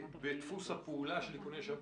בדפוס הפעולה של איכוני שב"כ: